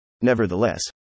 Nevertheless